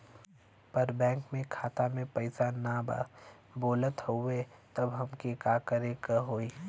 पर बैंक मे खाता मे पयीसा ना बा बोलत हउँव तब हमके का करे के होहीं?